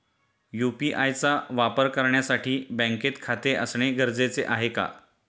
UPI चा वापर करण्यासाठी बँकेत खाते असणे गरजेचे आहे का?